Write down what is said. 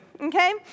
Okay